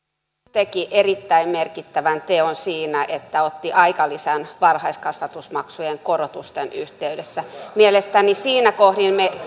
teki erittäin merkittävän teon siinä että otti aikalisän varhaiskasvatusmaksujen korotusten yhteydessä mielestäni siinä kohdin